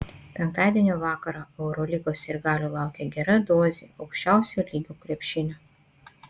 penktadienio vakarą eurolygos sirgalių laukia gera dozė aukščiausio lygio krepšinio